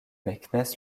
meknès